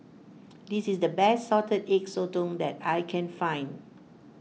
this is the best Salted Egg Sotong that I can find